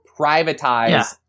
privatize